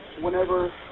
whenever